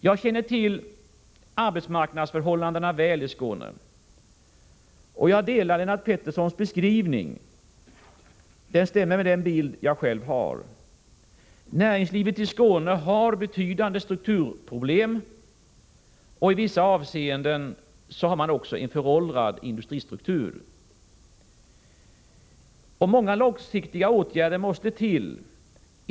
Jag känner väl till arbetsmarknadsförhållandena i Skåne. Lennart Pettersson och jag är överens vad gäller hans beskrivning av förhållandena där. Den överensstämmer med den bild jag själv har. Näringslivet i Skåne har betydande strukturproblem, och i vissa avseenden har man också en föråldrad industristruktur. Många långsiktiga åtgärder måste till.